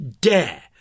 dare